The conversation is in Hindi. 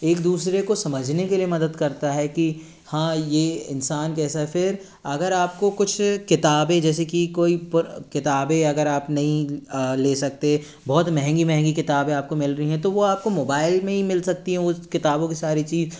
एक दूसरे को समझने के लिए मदद करता है कि हाँ यह इंसान कैसा है फिर अगर आपको कुछ किताबें जैसे की कोई पुर किताबें अगर आप नहीं ले सकते बहुत महंगी महंगी किताबें आपको मिल रही है तो आपको वह मोबाईल में ही मिल सकती हैं वह किताबों की सारी चीज़